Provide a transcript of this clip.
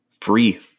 free